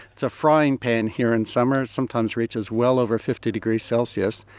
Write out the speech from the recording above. it's a frying pan here in summer, it sometimes reaches well over fifty degrees celsius.